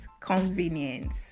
convenience